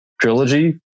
trilogy